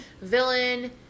villain